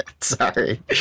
Sorry